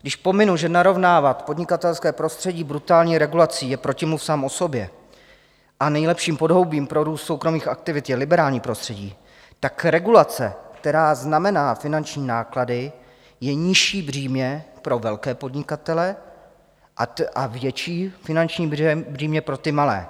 Když pominu, že narovnávat podnikatelské prostředí brutální regulací je protimluv sám o sobě a nejlepším podhoubím pro růst soukromých aktivit je liberální prostředí, tak regulace, která znamená finanční náklady, je nižší břímě pro velké podnikatele a větší finanční břímě pro ty malé.